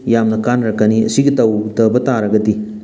ꯌꯥꯝꯅ ꯀꯥꯅꯔꯛꯀꯅꯤ ꯑꯁꯤꯒꯤ ꯇꯧꯗꯕ ꯇꯥꯔꯒꯗꯤ